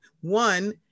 One